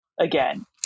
again